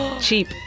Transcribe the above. Cheap